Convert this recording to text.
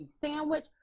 sandwich